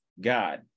God